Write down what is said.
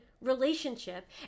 relationship